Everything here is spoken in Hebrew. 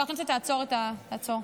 יושב-ראש הכנסת, עצור, עצור.